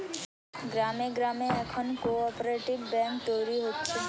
গ্রামে গ্রামে এখন কোপরেটিভ বেঙ্ক তৈরী হচ্ছে